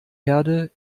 herde